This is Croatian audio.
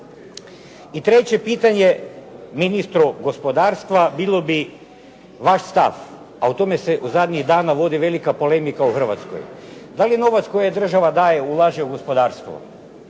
I treće pitanje ministru gospodarstva bilo bi vaš stav. A o tome se u zadnjih dana vodi velika polemika u Hrvatskoj. Da li novac koji država daje ulaže u gospodarstvo?